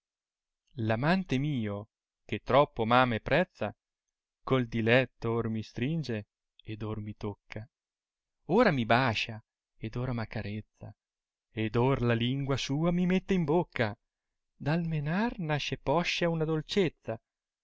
l'amante mio che troppo m'ama e prezza con diletto or mi stringe ed or mi tocca ora mi bascia ed ora m'accarezza ed or la lingua sua mi mette in bocca dal menar nasce poscia una dolcezza